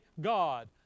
God